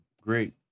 great